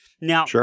Now